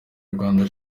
rwanda